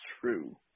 true